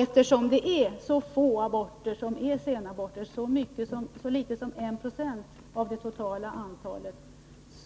Eftersom det är så få aborter som är sena, så litet som 1 26 av det totala antalet,